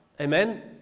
Amen